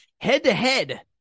head-to-head